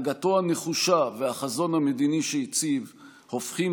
הנהגתו הנחושה והחזון המדיני שהציב הופכים